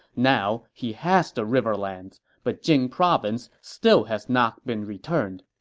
now, he has the riverlands, but jing province still has not been returned.